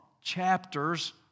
chapters